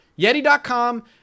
Yeti.com